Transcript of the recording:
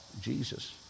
Jesus